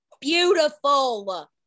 beautiful